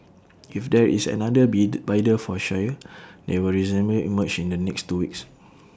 if there is another bid bidder for Shire they will emerge in the next two weeks